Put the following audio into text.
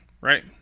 right